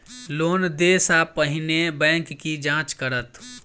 Loan देय सा पहिने बैंक की जाँच करत?